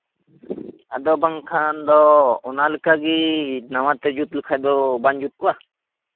ᱟᱫᱚ ᱵᱟᱝᱠᱷᱟᱱ ᱫᱚ ᱚᱱᱟ ᱞᱮᱠᱟᱛᱮ ᱱᱟᱣᱟᱛᱮ ᱡᱩᱛ ᱞᱮᱠᱷᱟᱱ ᱫᱚ ᱵᱟᱝ ᱡᱩᱛ ᱠᱚᱜᱼᱟ